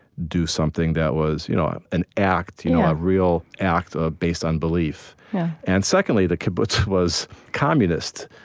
do something that was you know and an act, you know a real act ah based on belief and secondly, the kibbutz was communist.